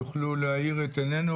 יוכלו להאיר את עינינו,